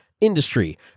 industry